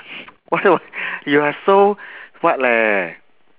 what you are so what leh